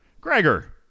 Gregor